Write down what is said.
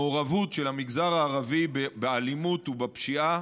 המעורבות של המגזר הערבי באלימות ובפשיעה